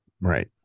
right